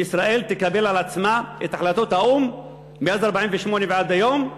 שישראל תקבל על עצמה את החלטות האו"ם מאז 1948 ועד היום,